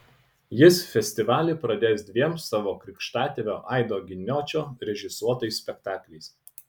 jis festivalį pradės dviem savo krikštatėvio aido giniočio režisuotais spektakliais